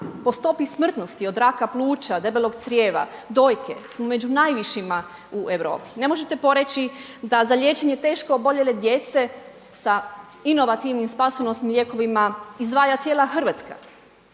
po stopi smrtnosti od raka pluća debelog crijeva, dojke, smo među najvišima u Europi. Ne možete poreći da za liječenje teško oboljele djece sa inovativnim spasonosnim lijekovima izdvaja cijela Hrvatska.